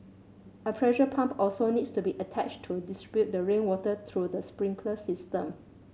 a pressure pump also needs to be attached to distribute the rainwater through the sprinkler system